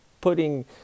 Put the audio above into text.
putting